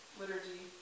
liturgy